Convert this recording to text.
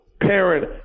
parent